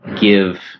give